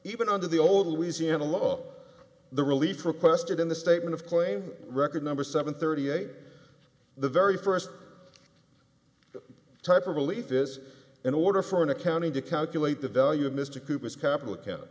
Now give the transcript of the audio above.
even under the old louisiana law the relief requested in the statement of claim record number seven thirty eight the very first type of relief is in order for an accounting to calculate the value of mr cooper's capital